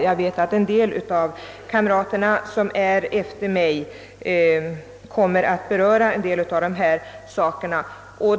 Jag vet att en del av de kamrater som står efter mig på talarlistan kommer att beröra vissa av dessa frågor.